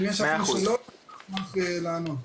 אם יש לכם שאלות אשמח לענות.